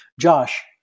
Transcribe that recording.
Josh-